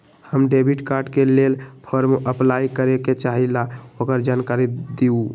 हम debit card के लेल फॉर्म अपलाई करे के चाहीं ल ओकर जानकारी दीउ?